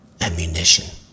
ammunition